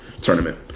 tournament